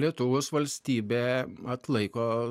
lietuvos valstybė atlaiko